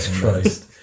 Christ